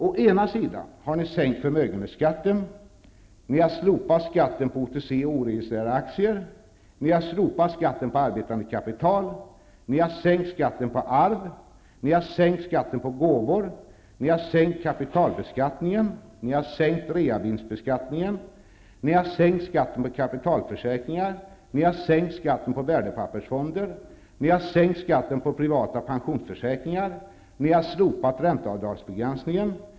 Å ena sidan har ni sänkt förmögenhetsskatten. Ni har slopat skatten på OTC och O-registrerade aktier. Ni har slopat skatten på arbetande kapital. Ni har sänkt skatten på arv. Ni har sänkt skatten på gåvor. Ni har sänkt kapitalbeskattningen. Ni har minskat reavinstbeskattningen. Ni har sänkt skatten på kapitalförsäkringar. Ni har sänkt skatten på värdepappersfonder. Ni har sänkt skatten på privata pensionsförsäkringar. Ni har slopat ränteavdragsbegränsningen.